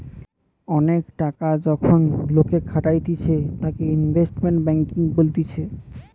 অনেক টাকা যখন লোকে খাটাতিছে তাকে ইনভেস্টমেন্ট ব্যাঙ্কিং বলতিছে